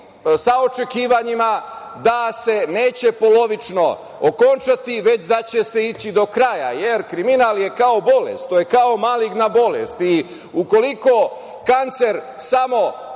sa očekivanjima da se neće polovično okončati već da će se ići do kraja, jer kriminal je kao bolest kao maligna bolest. Ukoliko kancer samo